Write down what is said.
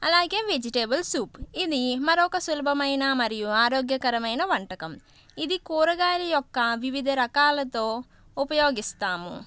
అలాగే vegetable soup ఇది మరొక సులభమైన మరియు ఆరోగ్యకరమైన వంటకం ఇది కూరగాయల యొక్క వివిధ రకాలతో ఉపయోగిస్తాము